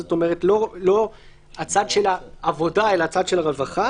זאת אומרת לא הצד של העבודה אלא הצד של הרווחה,